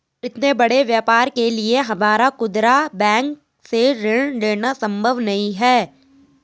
इतने बड़े व्यापार के लिए हमारा खुदरा बैंक से ऋण लेना सम्भव नहीं है